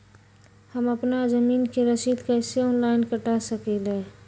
हम अपना जमीन के रसीद कईसे ऑनलाइन कटा सकिले?